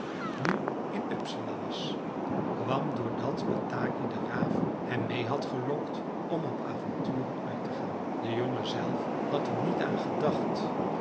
nu in uppsala was kwam door dat bataki de raaf hem mee had gelokt om op avonturen uit te gaan de jongen zelf had er niet aan gedacht